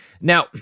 Now